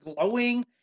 glowing